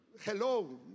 Hello